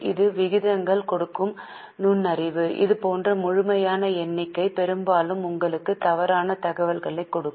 இது விகிதங்கள் கொடுக்கும் நுண்ணறிவு இது போன்ற முழுமையான எண்ணிக்கை பெரும்பாலும் உங்களுக்கு தவறான தகவல்களைக் கொடுக்கும்